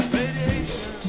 radiation